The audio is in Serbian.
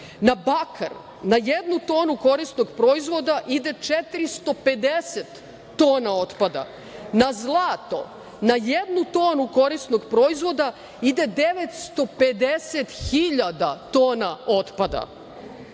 na bakar na jednu tonu korisnog proizvoda ide 450 tona otpada, na zlato, na jednu tonu korisnog proizvoda ide 950.000 tona